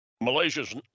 Malaysia's